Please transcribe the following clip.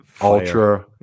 ultra